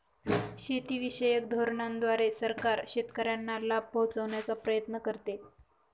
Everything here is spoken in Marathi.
शेतीविषयक धोरणांद्वारे सरकार शेतकऱ्यांना लाभ पोहचवण्याचा प्रयत्न करते